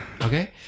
Okay